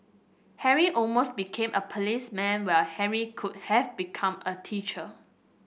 Harry almost became a policeman while Henry could have become a teacher